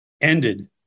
ended